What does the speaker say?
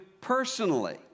personally